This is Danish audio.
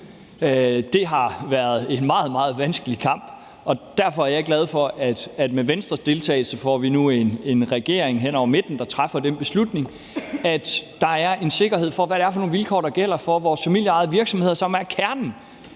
Det har været en meget, meget vanskelig kamp, og derfor er jeg glad for, at vi nu med Venstres deltagelse får en regering hen over midten, der træffer den beslutning, at der er en sikkerhed for, hvad det er for nogle vilkår, der gælder for vores familieejede virksomheder, som er kernen